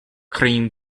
cream